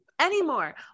anymore